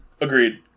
Agreed